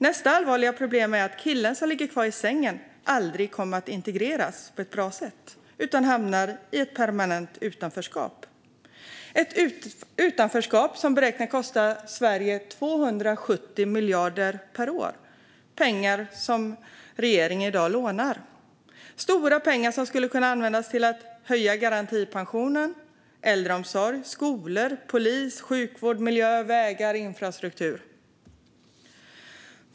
Nästa allvarliga problem är att killen som ligger kvar i sängen aldrig kommer att integreras på ett bra sätt, utan han hamnar i permanent utanförskap. Utanförskapet beräknas kosta Sverige 270 miljarder per år. Det är pengar som regeringen i dag lånar till. Det är stora summor som skulle kunna användas till att höja garantipensionen, till äldreomsorg, till skolor, till polis, till sjukvård, till miljö, till vägar, till infrastruktur med mera.